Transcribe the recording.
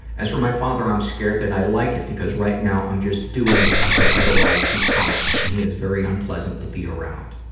as for my father, i'm scared that i like it, because right now i'm just doing it because otherwise he pouts, and he is very unpleasant to be around.